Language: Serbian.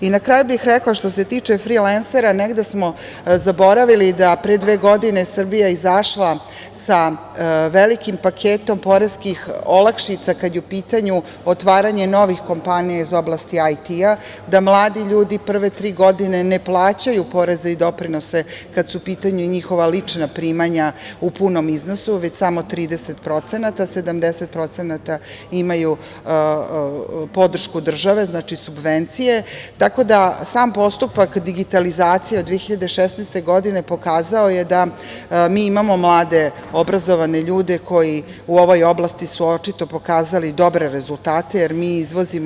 Na kraju bih rekla što se tiče frilensera, negde smo zaboravili da pre dve godine je Srbija izašla sa velikim paketom poreskih olakšica kada je u pitanju otvaranje novih kompanija iz oblasti IT-a, da mladi ljudi prve tri godine ne plaćaju poreze i doprinose kada su u pitanju njihova lična primanja u punom iznosu, već samo 30%, a 70% imaju podršku od države, subvencije, tako da sam postupak digitalizacije od 2016. godine pokazao je da mi imamo mlade obrazovane ljude koji u ovoj oblasti su očito pokazali dobre rezultate, jer mi izvozimo.